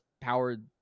powered